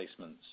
placements